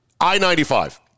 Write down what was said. I-95